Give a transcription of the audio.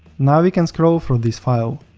now we can scroll through this file.